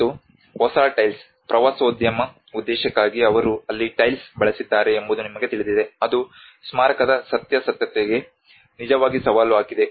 ಮತ್ತು ಹೊಸ ಟೈಲ್ಸ್ ಪ್ರವಾಸೋದ್ಯಮ ಉದ್ದೇಶಕ್ಕಾಗಿ ಅವರು ಅಲ್ಲಿ ಟೈಲ್ಸ್ ಬೆಳಸಿದ್ದಾರೆ ಎಂಬುದು ನಿಮಗೆ ತಿಳಿದಿದೆ ಅದು ಸ್ಮಾರಕದ ಸತ್ಯಾಸತ್ಯತೆಗೆ ನಿಜವಾಗಿ ಸವಾಲು ಹಾಕಿದೆ